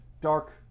dark